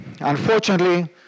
Unfortunately